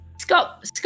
Scott